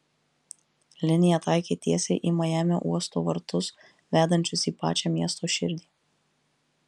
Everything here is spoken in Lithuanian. linija taikė tiesiai į majamio uosto vartus vedančius į pačią miesto širdį